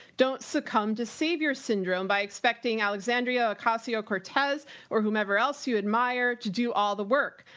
don't succumb to savior syndrome by expecting alexandria ocasio cortez or whomever else you admire to do all the work.